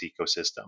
ecosystem